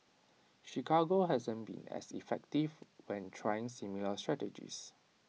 Chicago hasn't been as effective when trying similar strategies